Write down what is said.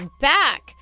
back